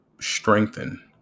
strengthen